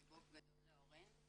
חיבוק גדול לאורין.